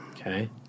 Okay